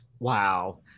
Wow